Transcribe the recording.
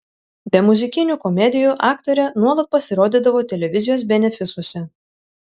be muzikinių komedijų aktorė nuolat pasirodydavo televizijos benefisuose